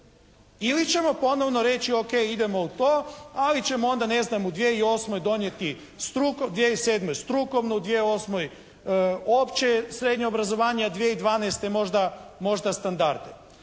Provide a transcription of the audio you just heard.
Ili ćemo ponovno reći, o.k. idemo u to, ali ćemo onda u, ne znam, 2008. donijeti, 2007. strukovnu, 2008. opće srednje obrazovanje, a 2012. možda standarde.